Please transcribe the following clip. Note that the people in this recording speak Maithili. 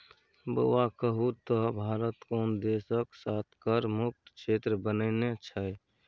बौआ कहु त भारत कोन देशक साथ कर मुक्त क्षेत्र बनेने छै?